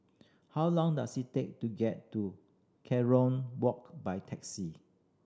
how long does it take to get to Kerong Walk by taxi